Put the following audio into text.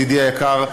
ידידי היקר,